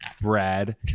Brad